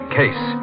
case